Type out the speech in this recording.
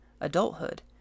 adulthood